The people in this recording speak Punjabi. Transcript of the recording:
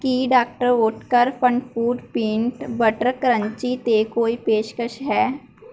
ਕੀ doctor Oetker FunFoods peanut butter crunchy 'ਤੇ ਕੋਈ ਪੇਸ਼ਕਸ਼ ਹੈ